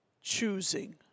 choosing